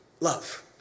love